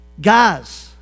Guys